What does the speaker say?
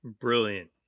Brilliant